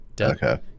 Okay